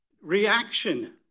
reaction